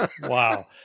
Wow